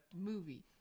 movie